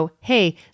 hey